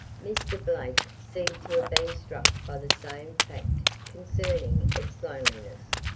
mr. blake seemed to have been struck by the same fact concerning its loneliness,